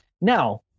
Now